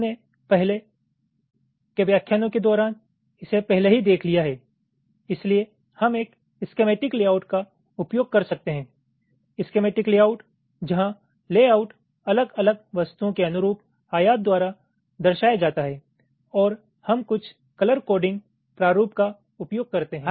हमने अपने पहले के व्याख्यानों के दौरान इसे पहले ही देख लिया है इसलिए हम एक इस्केमेटीक लेआउट का उपयोग कर सकते हैं इस्केमेटीक लेआउट जहां लेआउट अलग अलग वस्तुओं के अनुरूप आयात द्वारा दर्शाया जाता है और हम कुछ कलर कोडिंग प्रारूप का उपयोग करते हैं